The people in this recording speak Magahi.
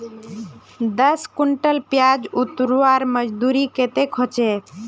दस कुंटल प्याज उतरवार मजदूरी कतेक होचए?